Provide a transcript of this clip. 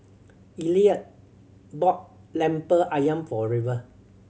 Elliot bought Lemper Ayam for River